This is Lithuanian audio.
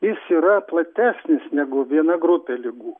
jis yra platesnis negu viena grupė ligų